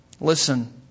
Listen